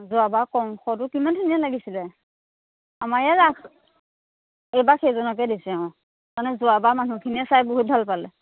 যোৱাবাৰ কংসটো কিমান ধুনীয়া লাগিছিলে আমাৰ ইয়াত ৰাস এইবাৰ সেইজনকে দিছে অঁ মানে যোৱাবাৰ মানুহখিনিয়ে চাই বহুত ভাল পালে